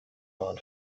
waren